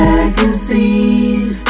Magazine